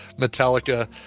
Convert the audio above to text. Metallica